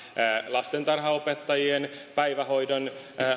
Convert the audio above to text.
lastentarhanopettajien ja päivähoidon